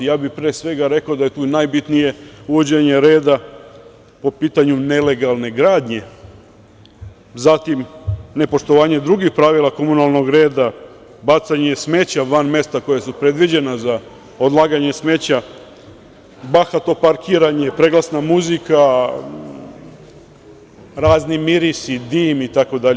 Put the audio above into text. Ja bih pre svega rekao da je tu najbitnije uvođenje reda po pitanju nelegalne gradnje, zatim nepoštovanje drugih pravila komunalnog reda, bacanje smeća van mesta koja su predviđena za odlaganje smeća, bahato parkiranje, preglasna muzika, razni mirisi, dim, itd.